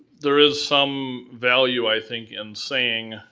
there is some value, i think, in saying,